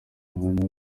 umwanya